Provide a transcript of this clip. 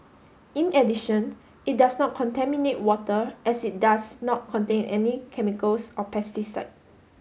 in addition it does not contaminate water as it does not contain any chemicals or pesticide